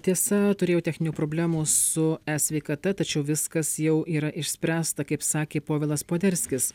tiesa turėjau techninių problemų su e sveikata tačiau viskas jau yra išspręsta kaip sakė povilas poderskis